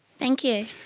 thank you.